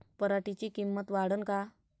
पराटीची किंमत वाढन का?